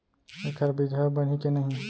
एखर बीजहा बनही के नहीं?